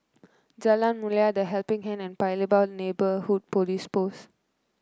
Jalan Mulia The Helping Hand and Paya Lebar Neighbourhood Police Post